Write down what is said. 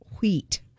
wheat